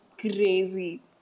crazy